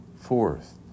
fourth